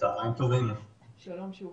שלום שוב.